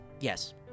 Yes